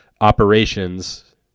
operations